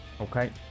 okay